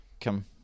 come